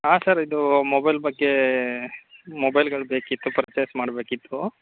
ಹಾಂ ಸರ್ ಇದು ಮೊಬೈಲ್ ಬಗ್ಗೆ ಮೊಬೈಲ್ಗಳು ಬೇಕಿತ್ತು ಪರ್ಚೇಸ್ ಮಾಡಬೇಕಿತ್ತು